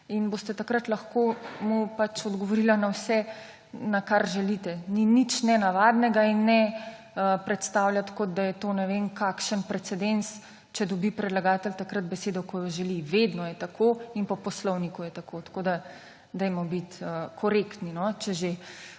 mu boste takrat lahko odgovorili na vse, na kar želite. Ni nič nenavadnega in ne predstavljati, kot da je to ne vem kakšen precedens, če dobi predlagatelj takrat besedo, ko jo želi. Vedno je tako in po poslovniku je tako. Tako da dajmo biti korektni, če že.